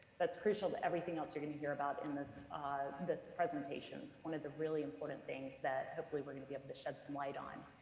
that's crucial to everything else you're going to hear about in this this presentation, it's one of the really important things that hopefully we're going to be able to shed some light on.